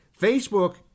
Facebook